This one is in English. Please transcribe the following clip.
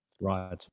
Right